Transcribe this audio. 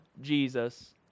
Jesus